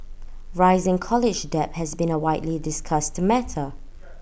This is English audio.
rising college debt has been A widely discussed matter